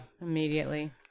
immediately